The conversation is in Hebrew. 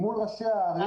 זה